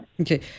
okay